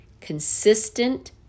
Consistent